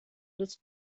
this